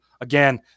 Again